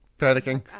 panicking